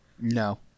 No